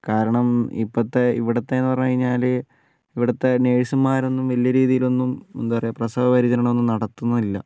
കാരണം ഇപ്പോഴത്തെ ഇവിടുത്തെതെന്ന് പറഞ്ഞു കഴിഞ്ഞാൽ ഇവിടുത്തെ നഴ്സുമാരൊന്നും വലിയ രീതിയിലൊന്നും എന്താ പറയുക പ്രസവ പരിചരണം ഒന്നും നടത്തുന്നില്ല